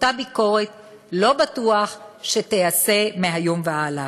אותה ביקורת, לא בטוח שתיעשה מהיום והלאה.